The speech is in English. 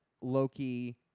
Loki